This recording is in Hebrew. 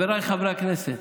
חבריי חברי הכנסת,